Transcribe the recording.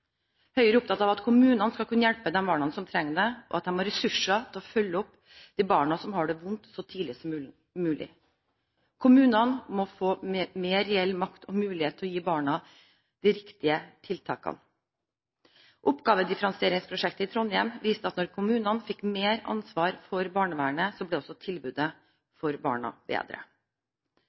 Høyre er opptatt av at kommunene skal kunne hjelpe de barna som trenger det, og at de har ressurser til å følge opp de barna som har det vondt, så tidlig som mulig. Kommunene må få mer reell makt og mulighet til å gi barna de riktige tiltakene. Oppgavedifferensieringsprosjektet i Trondheim viste at da kommunene fikk mer ansvar for barnevernet, ble også tilbudet for barna bedre.